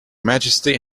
majesty